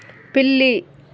పిల్లి